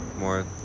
More